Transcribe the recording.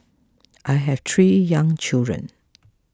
I have three young children